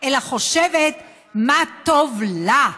אלא חושבת מה טוב לה,